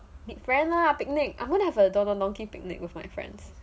make friend lah picnic I'm gonna have a don don donki picnic with my friends